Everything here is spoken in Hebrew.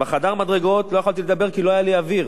בחדר המדרגות לא יכולתי לדבר כי לא היה לי אוויר.